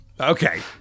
Okay